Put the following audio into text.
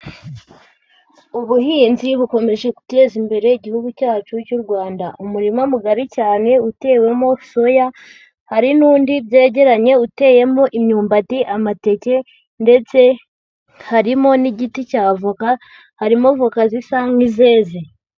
Ubuhinzi bukomeje guteza imbere igihugu cyacu cy'u Rwanda. Umurima mugari cyane utewemo soya, hari n'undi byegeranye uteyemo imyumbati, amateke ndetse harimo n'igiti cya voka, harimo voka zisa nk'izeze.